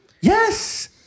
Yes